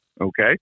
Okay